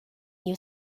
you